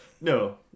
No